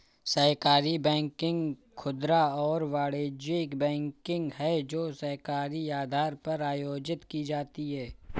सहकारी बैंकिंग खुदरा और वाणिज्यिक बैंकिंग है जो सहकारी आधार पर आयोजित की जाती है